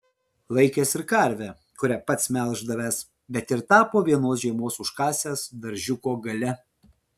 laikęs ir karvę kurią pats melždavęs bet ir tą po vienos žiemos užkasęs daržiuko gale